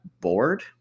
board